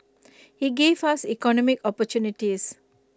he gave us economic opportunities